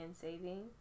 saving